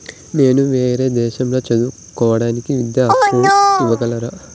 నేను వేరే దేశాల్లో చదువు కోవడానికి విద్యా అప్పు ఇవ్వగలరా?